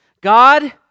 God